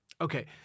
okay